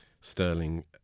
sterling